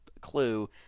Clue